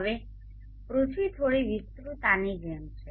હવે પૃથ્વી થોડી વિસ્તૃત આની જેમ છે